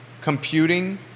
Computing